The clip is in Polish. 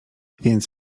więc